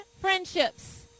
friendships